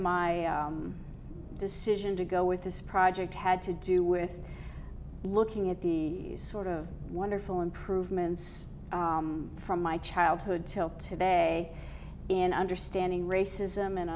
my decision to go with this project had to do with looking at the sort of wonderful improvements from my childhood till today in understanding racism and